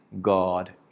God